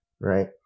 Right